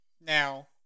now